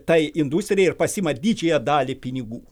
tai industrija ir pasiima didžiąją dalį pinigų